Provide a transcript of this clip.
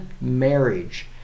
marriage